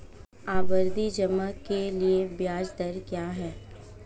आवर्ती जमा के लिए ब्याज दर क्या है?